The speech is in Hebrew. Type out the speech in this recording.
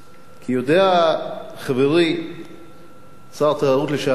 יודע חברי שר התיירות לשעבר,